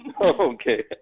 okay